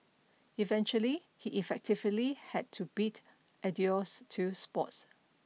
eventually he effectively had to bid adieus to sports